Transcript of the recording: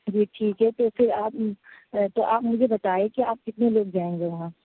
جی ٹھیک ہے تو پھر آپ تو آپ مجھے بتائے کہ آپ کتنے لوگ جائیں گے وہاں